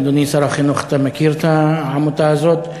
אדוני, שר החינוך, אתה מכיר את העמותה הזאת?